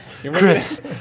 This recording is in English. Chris